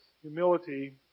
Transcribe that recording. Humility